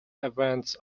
events